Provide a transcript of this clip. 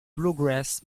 bluegrass